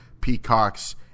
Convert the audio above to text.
peacocks